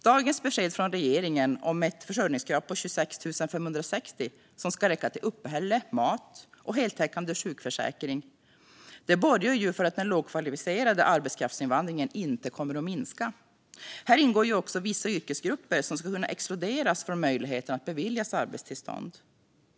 Dagens besked från regeringen om ett försörjningskrav på 26 560 kronor i månaden, som ska räcka till uppehälle, mat och heltäckande sjukförsäkring, borgar för att den lågkvalificerade arbetskraftsinvandringen inte kommer att minska. Här ingår även att vissa yrkesgrupper ska kunna exkluderas från möjligheten att beviljas arbetstillstånd.